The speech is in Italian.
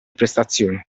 prestazione